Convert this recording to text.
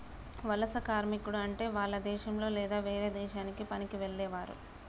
వలస కార్మికుడు అంటే వాల్ల దేశంలొ లేదా వేరే దేశానికి పనికి వెళ్లేవారు